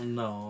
no